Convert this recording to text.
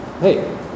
hey